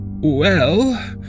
Well